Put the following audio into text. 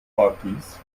parties